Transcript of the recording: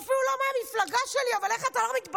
הוא אפילו לא מהמפלגה שלי, אבל איך אתה לא מתבייש?